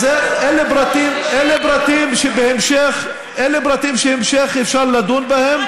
אלה פרטים שבהמשך אפשר לדון בהם.